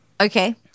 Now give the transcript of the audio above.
Okay